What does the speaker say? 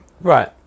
right